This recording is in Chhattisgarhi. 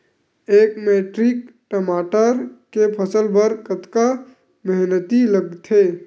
एक मैट्रिक टमाटर के फसल बर कतका मेहनती लगथे?